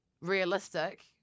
realistic